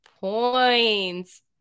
points